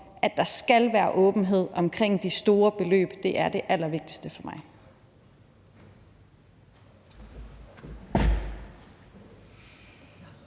at der skal være åbenhed omkring de store beløb, er det allervigtigste for mig.